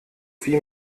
wie